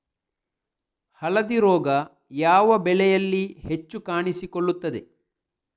ಹಳದಿ ರೋಗ ಯಾವ ಬೆಳೆಯಲ್ಲಿ ಹೆಚ್ಚು ಕಾಣಿಸಿಕೊಳ್ಳುತ್ತದೆ?